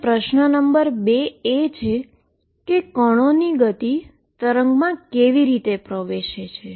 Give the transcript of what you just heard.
અને પ્રશ્ન નંબર 2 એ છે કે પાર્ટીકલની સ્પીડ વેવમાં કેવી રીતે પ્રવેશ કરે છે